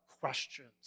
questions